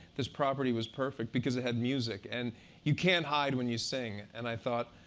this property was perfect, because it had music. and you can't hide when you sing. and i thought,